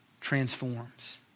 transforms